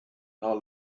our